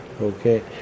Okay